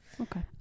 Okay